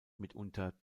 mitunter